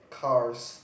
cars